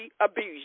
abuse